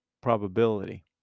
probability